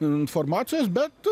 informacijos bet